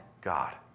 God